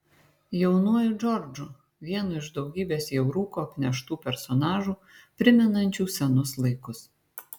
jaunuoju džordžu vienu iš daugybės jau rūko apneštų personažų primenančių senus laikus